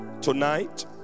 tonight